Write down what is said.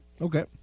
Okay